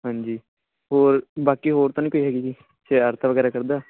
ਹਾਂਜੀ ਹੋਰ ਬਾਕੀ ਹੋਰ ਤਾਂ ਨਹੀਂ ਕੋਈ ਹੈਗੀ ਜੀ ਸ਼ਰਾਰਤਾਂ ਵਗੈਰਾ ਕਰਦਾ